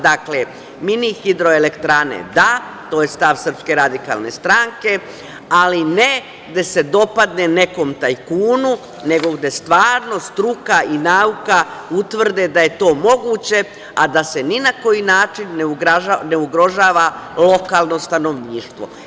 Dakle, mini hidroelektrane da, to je stav SRS, ali ne gde se dopadne nekom tajkunu, nego gde stvarno struka i nauka utvrde da je to moguće, a da se ni na koji način ne ugrožava lokalno stanovništvo.